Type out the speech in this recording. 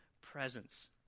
presence